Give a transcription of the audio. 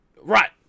Right